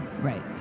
Right